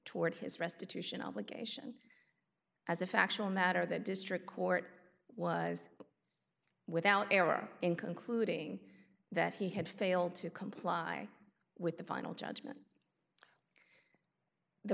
toward his restitution obligation as a factual matter the district court was without error in concluding that he had failed to comply with the final judgment the